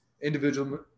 individual